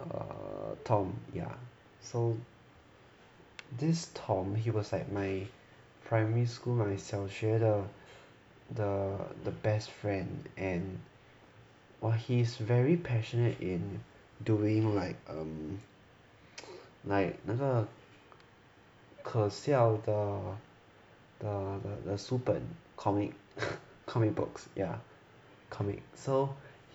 err tom ya so this tom he was like my primary school my 小学的 the the best friend and !wah! he's very passionate in doing like um like 那那个可笑的的书本 comic comic books ya comics so